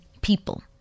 people